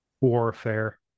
warfare